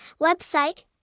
website